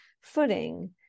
footing